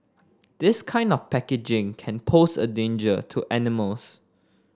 this kind of packaging can pose a danger to animals